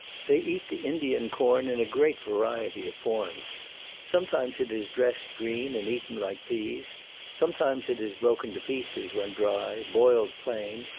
they eat the indian corn in a great variety of forms sometimes it is dressed green, and eaten like peas sometimes it is broken to pieces when dry, boiled plain,